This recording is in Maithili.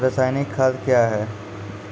रसायनिक खाद कया हैं?